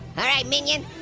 alright minions,